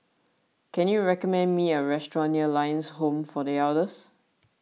can you recommend me a restaurant near Lions Home for the Elders